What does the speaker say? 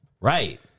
Right